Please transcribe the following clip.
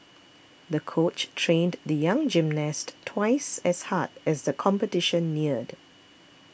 the coach trained the young gymnast twice as hard as the competition neared